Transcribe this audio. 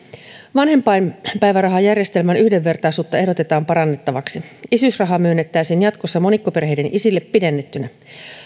vanhempainpäivärahajärjestelmän yhdenvertaisuutta ehdotetaan parannettavaksi isyysrahaa myönnettäisiin jatkossa monikkoperheiden isille pidennettynä